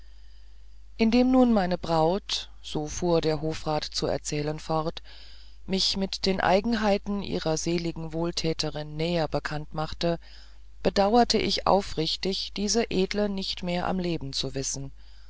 indem nun meine braut so fuhr der hofrat zu erzählen fort mich mit den eigenheiten ihrer seligen wohltäterin näher bekannt machte bedauerte ich aufrichtig diese edle nicht mehr am leben zu wissen